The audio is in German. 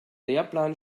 lehrplan